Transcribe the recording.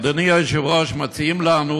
אדוני היושב-ראש, מציעים לנו